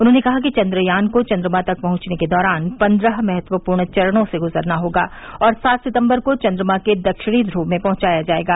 उन्होंने कहा कि चन्द्रयान को चन्द्रमा तक पंहुचने के दौरान पन्द्रह महत्वपूर्ण चरणों से गुजरना होगा और सात सितंबर को चंद्रमा के दक्षिणी ध्र्व में पहुंचाया जाएगा